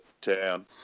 town